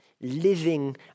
living